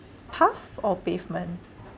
path or pavement